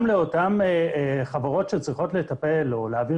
גם לאותן חברות שצריכות לטפל או להעביר